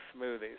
smoothies